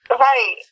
right